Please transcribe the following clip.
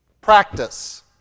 Practice